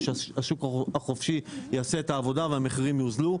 שהשוק החופשי יעשה את העבודה והמחירים יוזלו.